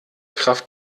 kraft